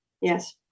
Yes